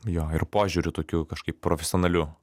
jo ir požiūriu tokiu kažkaip profesionaliu